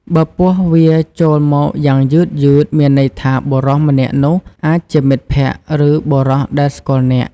បើពស់វារចូលមកយ៉ាងយឺតៗ មានន័យថាបុរសម្នាក់នោះអាចជាមិត្តភក្តិ ឬ បុរសដែលស្គាល់អ្នក។